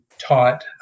taught